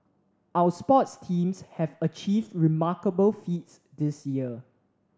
our sports teams have achieved remarkable feats this year